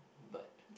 but